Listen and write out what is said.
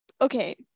okay